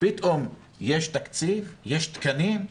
פתאום יש תקציב, יש תקנים,